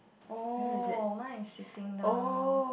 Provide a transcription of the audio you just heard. oh mine is sitting down